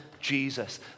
Jesus